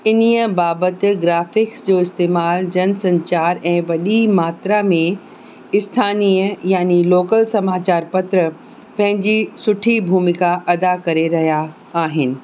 इनीअ बाबति ग्राफिक्स जो इस्तेमालु जन संचार ऐं वॾी मात्रा में स्थानीय यानी लोकल समाचार पत्र पंहिंजी सुठी भूमिका अदा करे रहिया आहिनि